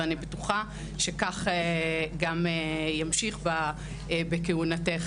ואני בטוחה שכך גם ימשיך בכהונתך,